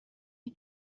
این